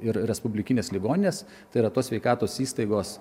ir respublikinės ligoninės tai yra tos sveikatos įstaigos